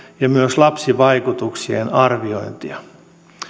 ja myös lapsivaikutuksien arviointia